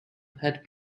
had